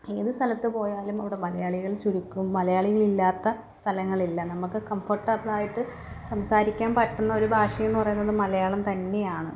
ഏത് സ്ഥലത്ത് പോയാലും അവിടെ മലയാളികൾ ചുരുക്കും മലയാളികൾ ഇല്ലാത്ത സ്ഥലങ്ങളില്ല നമുക്ക് കംഫോർട്ടബിൾ ആയിട്ട് സംസാരിക്കാൻ പറ്റുന്ന ഒരു ഭാഷയെന്ന് പറയുന്നത് മലയാളം തന്നെയാണ്